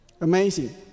Amazing